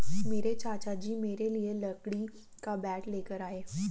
मेरे चाचा जी मेरे लिए लकड़ी का बैट लेकर आए